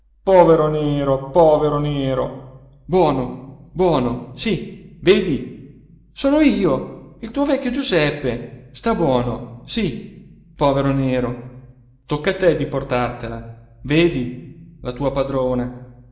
povero nero povero nero buono buono sí vedi sono io il tuo vecchio giuseppe sta buono sí povero nero tocca a te di portartela vedi la tua padrona